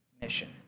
mission